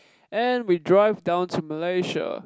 and we drive down to Malaysia